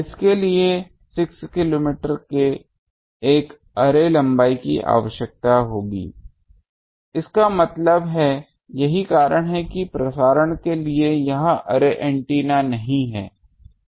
इसके लिए 6 किलोमीटर के एक अर्रे लंबाई की आवश्यकता होगी इसका मतलब है यही कारण है कि प्रसारण के लिए यह अर्रे एंटीना नहीं है